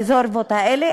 ברזרבות האלה.